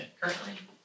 currently